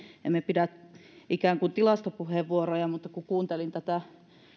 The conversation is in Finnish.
emme pidä ikään kuin tilastopuheenvuoroja mutta kun kuuntelin tätä